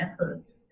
efforts